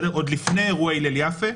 עוד לפני אירועי הלל יפה,